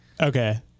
Okay